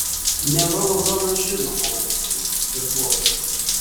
neva ozonas žino ko mums reikia ir duoda